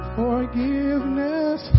forgiveness